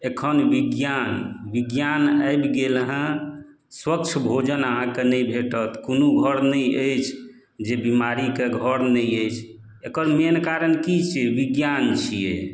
एखन विज्ञान विज्ञान आबि गेल हँ स्वच्छ भोजन अहाँके नहि भेटत कोनो घर नहि अछि जे बीमारीके घर नहि अछि एकर मेन कारण की छै विज्ञान छियै